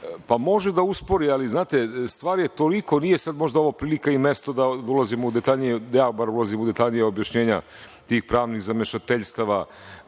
da uspori, ali znate stvar je toliko, nije sada možda ovo prilika i mesto da ulazimo u detaljnije, da ja bar ulazim u detaljnija objašnjenja tih pravnih zamešateljstava